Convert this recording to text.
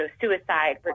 suicide